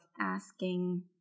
asking